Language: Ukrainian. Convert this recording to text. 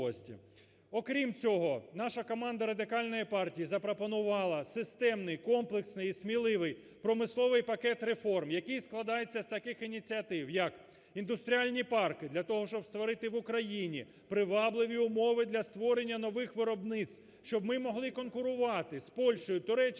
Окрім цього, наша команда Радикальної партії запропонувала системний, комплексний і сміливий промисловий пакет реформ, який складається із таких ініціатив: як індустріальні парки для того, щоб створити в Україні привабливі умови для створення нових виробництв, щоб ми могли конкурувати з Польщею, Туреччиною,